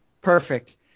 Perfect